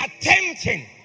attempting